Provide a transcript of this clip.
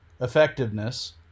effectiveness